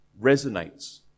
resonates